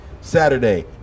Saturday